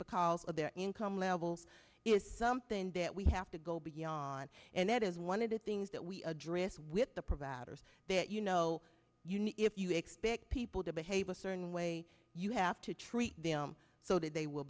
because of their income level is something that we have to go beyond and that is one of the things that we address with the providers that you know you need if you expect people to behave a certain way you have to treat them so that they will